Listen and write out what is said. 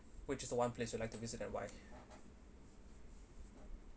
which is the one place you like to visit and why